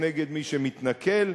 או מי שמתנכל,